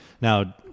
now